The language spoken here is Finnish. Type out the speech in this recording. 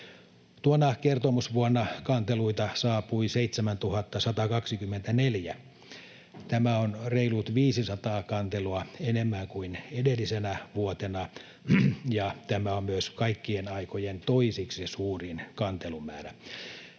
Tuona kertomusvuonna kanteluita saapui 7 124. Tämä on reilut 500 kantelua enemmän kuin edellisenä vuotena, ja tämä on myös kaikkien aikojen toiseksi suurin kantelumäärä.